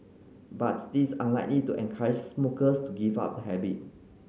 but this unlikely to encourage smokers to give up the habit